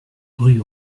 rue